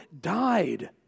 died